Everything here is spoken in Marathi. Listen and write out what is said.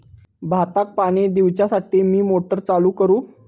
भाताक पाणी दिवच्यासाठी मी मोटर चालू करू?